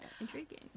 intriguing